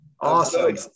Awesome